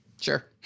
sure